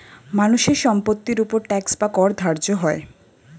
মানুষের সম্পত্তির উপর ট্যাক্স বা কর ধার্য হয়